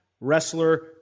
Wrestler